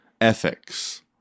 Ethics